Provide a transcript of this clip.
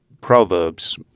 Proverbs